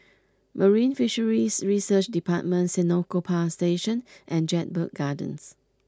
Marine Fisheries Research Department Senoko Power Station and Jedburgh Gardens